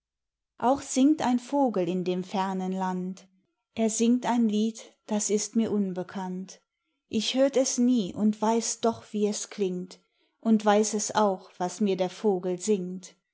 auch singt ein vogel in dem fernen land er singt ein lied das ist mir unbekannt ich hört es nie und weiß doch wie es klingt und weiß es auch was mir der vogel singt